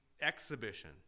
exhibition